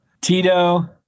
Tito